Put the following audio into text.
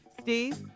Steve